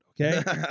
Okay